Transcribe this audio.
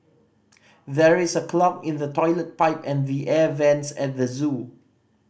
there is a clog in the toilet pipe and the air vents at the zoo